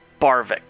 Barvik